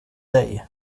dig